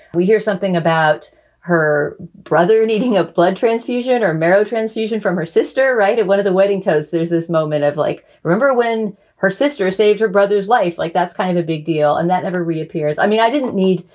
we hear something about her brother needing a blood transfusion or marrow transfusion from her sister right at one of the wedding toasts. there's this moment of like, remember when her sister saved her brother's life? like, that's kind of a big deal and that never reappears. i mean, i didn't need,